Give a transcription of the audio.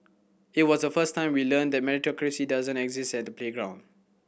it was the first time we learnt that meritocracy doesn't exist at the playground